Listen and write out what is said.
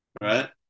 right